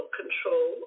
control